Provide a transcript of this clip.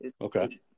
Okay